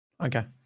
Okay